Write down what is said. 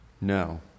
No